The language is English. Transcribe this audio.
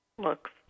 looks